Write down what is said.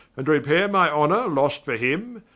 and to repaire my honor lost for him,